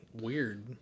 Weird